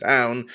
Town